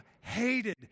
hated